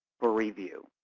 for review?